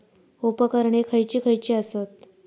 उपकरणे खैयची खैयची आसत?